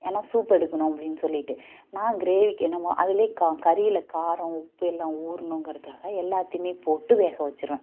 ஏன்னால் சூப்பு எடுக்கணும் அப்படின்னு சொல்லிட்டு நான் கிரேவிக்கு என்னவோ அதிலே க கறியில் காரம் உப்பு எல்லாம் ஊறணுங்கிறதுக்காக எல்லாத்தையுமே போட்டு வேக வச்சுருவேன்